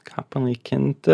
ką panaikinti